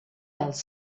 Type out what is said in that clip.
els